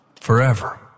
forever